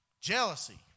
Jealousy